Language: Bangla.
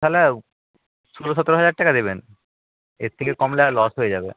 তাহলে ষোলো সতেরো হাজার টাকা দেবেন এর থেকে কমলে আর লস হয়ে যাবে